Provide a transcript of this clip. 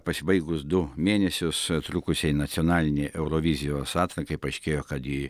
pasibaigus du mėnesius trukusiai nacionalinei eurovizijos atrankai paaiškėjo kad ji